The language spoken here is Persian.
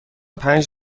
پنج